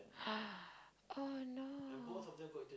oh no